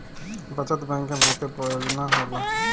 बचत बैंक में बहुते योजना होला